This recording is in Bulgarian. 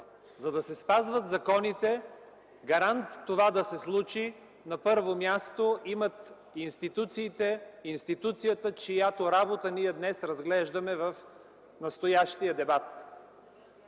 За да се спазват законите, гарант това да се случи, на първо място, има институцията, чиято работа ние днес разглеждаме в настоящия дебат.